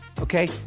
okay